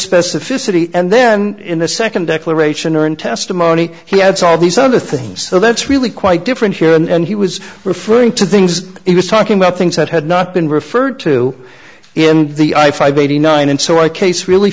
specificity and then in the second declaration or in testimony he adds all these other things so that's really quite different here and he was referring to things he was talking about things that had not been referred to in the i five eighty nine and so i case really